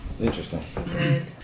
interesting